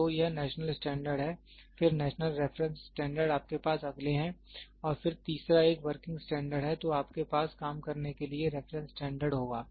तो यह national standard है फिर नेशनल रेफरेंस स्टैंडर्ड आपके पास अगले हैं और फिर तीसरा एक वर्किंग स्टैंडर्ड है तो आपके पास काम करने के लिए रेफरेंस स्टैंडर्ड होगा